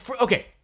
okay